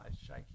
shaking